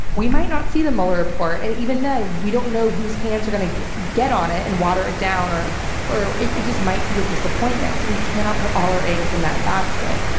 we might not see the mueller report, and even then we don't know whose hands are gonna get on it and water it down, or or it it just might be a disappointment. we cannot put all our eggs in that basket,